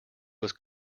was